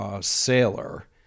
sailor